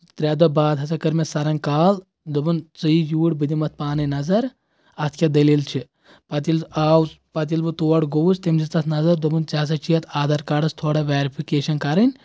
ترٛےٚ دۄہ باد ہسا کٔر مےٚ سَرن کال دوپُن ژٕ یہِ یوٗرۍ بہٕ دِمہٕ اَتھ پانے نظر اَتھ کیاہ دٔلیل چھِ پَتہٕ ییٚلہِ آو پتہٕ ییٚلہِ بہٕ تور گوٚوُس تٔمۍ دِژ تَتھ نَظر دوپُن ژےٚ ہسا چھُی اَتھ آدھار کارڈَس تھوڑا ویرفِکیشن کَرٕنۍ